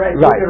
Right